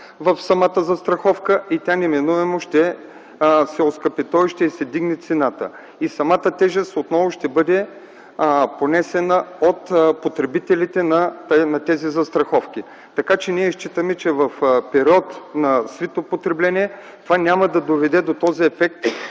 в самата застраховка и тя неминуемо ще се оскъпи, тоест ще се вдигне цената й и самата тежест отново ще бъде понесена от потребителите на тези застраховки. Така че ние считаме, че в период на свито потребление това няма да доведе до този ефект,